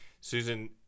Susan